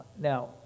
Now